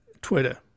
Twitter